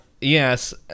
yes